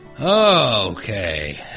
Okay